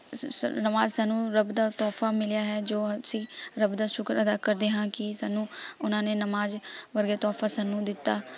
ਸਸ ਨਮਾਜ਼ ਸਾਨੂੰ ਰੱਬ ਦਾ ਤੋਹਫ਼ਾ ਮਿਲਿਆ ਹੈ ਜੋ ਅਸੀਂ ਰੱਬ ਦਾ ਸ਼ੁਕਰ ਅਦਾ ਕਰਦੇ ਹਾਂ ਕਿ ਸਾਨੂੰ ਉਹਨਾਂ ਨੇ ਨਮਾਜ਼ ਵਰਗੇ ਤੋਹਫ਼ਾ ਸਾਨੂੰ ਦਿੱਤਾ